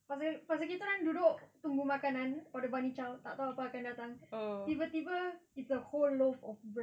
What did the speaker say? pasal pasal kita orang duduk tunggu makanan or the bunny chow tak tahu apa akan datang tiba-tiba it's a whole loaf of bread